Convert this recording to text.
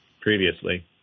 previously